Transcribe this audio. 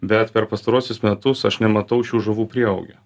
bet per pastaruosius metus aš nematau šių žuvų prieaugio